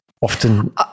Often